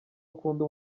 akunda